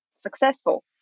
successful